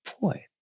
boy